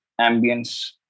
ambience